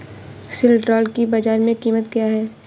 सिल्ड्राल की बाजार में कीमत क्या है?